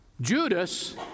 Judas